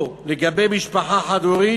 או לגבי משפחה חד-הורית,